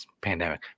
pandemic